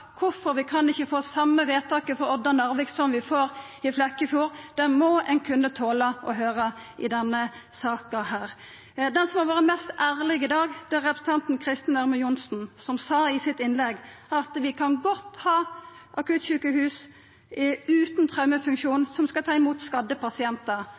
vi ikkje kan få same vedtak for Odda og Narvik som vi får i Flekkefjord, det må ein kunna tola å høyra i denne saka. Den som har vore mest ærleg i dag, er representanten Kristin Ørmen Johnsen, som sa i innlegget sitt at vi kan godt ha akuttsjukehus utan traumefunksjon som skal ta imot skadde pasientar.